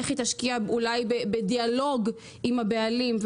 איך היא תשקיע בדיאלוג עם הבעלים.